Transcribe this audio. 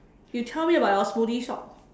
you tell me about your smoothie shop